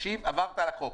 עברת על החוק.